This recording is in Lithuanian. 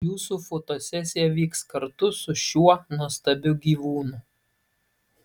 jūsų fotosesija vyks kartu su šiuo nuostabiu gyvūnu